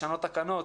לשנות תקנות,